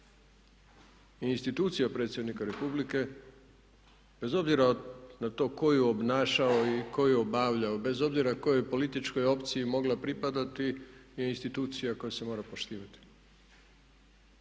i institucija predsjednika Republike bez obzira na to tko ju je obnašao i tko je obavlja, bez obzira kojoj političkoj opciji je mogla pripadati je institucija koja se mora poštivati.